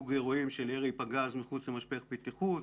סוג אירועים של ירי פגז מחוץ למשפך בטיחות,